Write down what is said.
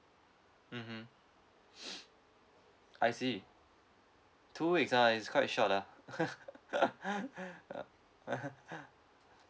mmhmm I see two weeks ah it's quite short ah